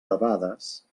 debades